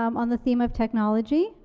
um on the theme of technology,